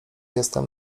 jestem